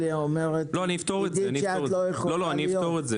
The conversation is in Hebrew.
עידית מנהלת הוועדה אומרת שאת לא יכולה להיות.